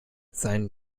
sein